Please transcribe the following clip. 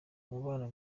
umubano